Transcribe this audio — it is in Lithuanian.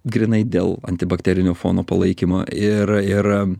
grynai dėl antibakterinio fono palaikymo ir ir